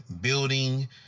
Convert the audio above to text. building